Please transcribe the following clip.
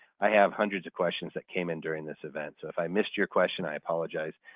i have hundreds of questions that came in during this event so if i missed your question, i apologize.